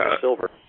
silver